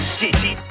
city